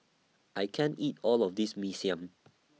I can't eat All of This Mee Siam